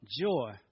joy